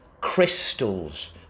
Crystals